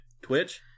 Twitch